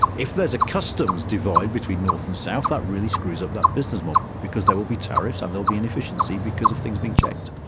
if there is a customs divide between north and south, that really screws up that business model because there will be tariffs and there will be inefficiency because of things being checked.